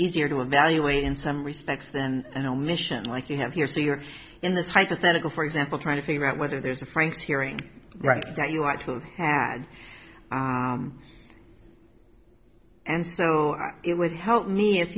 easier to evaluate in some respects and omission like you have here so you're in this hypothetical for example trying to figure out whether there's a franks hearing right that you actually had and so it would help me if